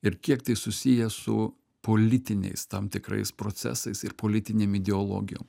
ir kiek tai susiję su politiniais tam tikrais procesais ir politinėm ideologijom